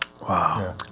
Wow